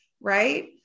right